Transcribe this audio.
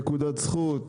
נקודות זכות,